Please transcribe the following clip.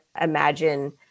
imagine